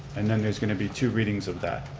and then there's going to be two readings of that.